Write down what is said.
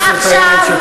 אתה עכשיו,